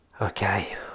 Okay